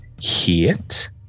hit